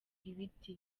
ibiti